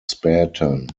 spartan